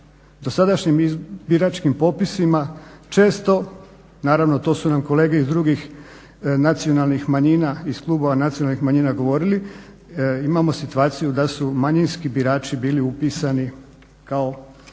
dosadašnjim biračkim popisima često, naravno to su nam kolege iz drugih nacionalnih manjina, iz klubova nacionalnih manjina govorili, imamo situaciju da su manjinski birači bili upisani kao većinski